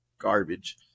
garbage